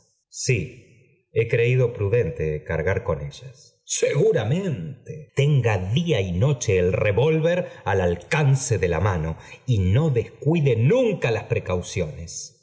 p he creído prudente cargar con ellas seguramente tenga día y noche el revólver al canee de la mano y no descuide nunca las precauciones